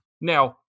Now